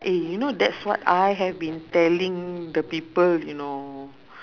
eh you know that's what I have been telling the people you know